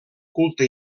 culte